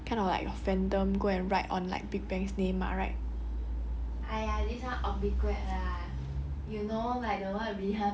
which I don't think so like why would you want me to say sorry like it's you who like kind of like a fandom go and write on like big bang's name mah right